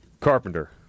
carpenter